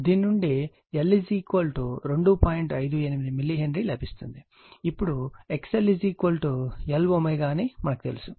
58 millihenry లభిస్తుంది